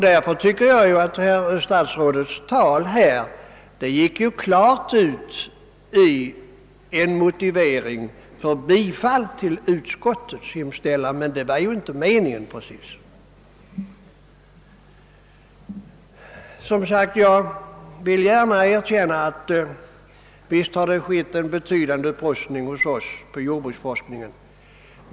Därför anser jag att statsrådets argumentering klart talar för ett bifall till utskottets hemställan, men det var ju inte meningen precis. Jag erkänner gärna att det skett en betydande upprustning av jordbruksforskningen.